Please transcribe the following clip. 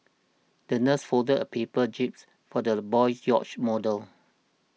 the nurse folded a paper jibs for the boy's yacht model